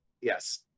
Yes